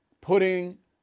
putting